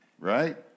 right